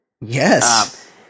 Yes